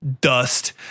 dust